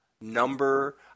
number